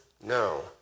No